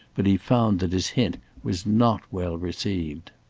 but he found that his hint was not well received.